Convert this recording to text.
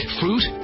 fruit